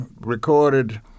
recorded